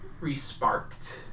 re-sparked